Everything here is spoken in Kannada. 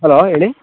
ಹಲೋ ಹೇಳಿ